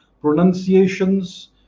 pronunciations